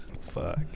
Fuck